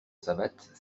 savates